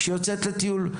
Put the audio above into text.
שיוצאת לטיול.